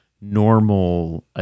normal